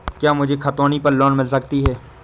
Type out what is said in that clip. क्या मुझे खतौनी पर लोन मिल सकता है?